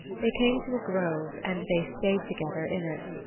they came to a grove and they stayed together in it,